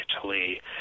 Italy